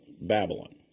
Babylon